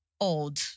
odd